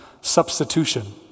substitution